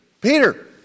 Peter